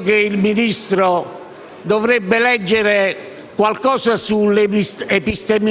viene valorizzato per le prove di falsificazione